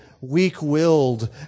weak-willed